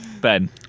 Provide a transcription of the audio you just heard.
Ben